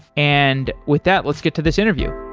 and with that, let's get to this interview.